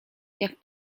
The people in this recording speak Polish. jak